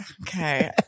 okay